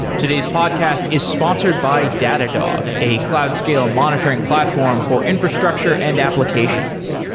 today's podcast is sponsored by datadog, a cloud scale monitoring platform for infrastructure and applications.